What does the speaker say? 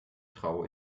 traue